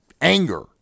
anger